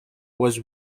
was